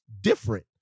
different